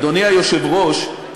אדוני היושב-ראש,